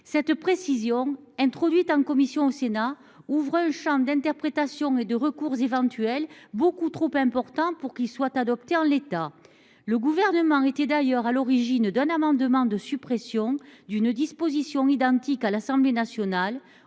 Cette précision, introduite en commission par le Sénat, ouvre un champ d’interprétation et de recours éventuels beaucoup trop vaste pour être adoptée en l’état. Le Gouvernement avait d’ailleurs déposé un amendement de suppression d’une disposition identique à l’Assemblée nationale,